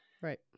Right